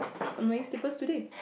I'm wearing slippers today